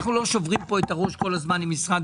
אנחנו לא שוברים פה את הראש כל הזמן עם משרד